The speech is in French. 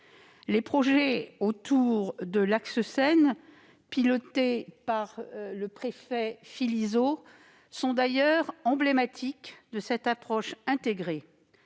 Les projets autour de l'axe Seine pilotés par le préfet Philizot sont d'ailleurs emblématiques de cette approche intégrée